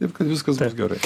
taip kad viskas gerai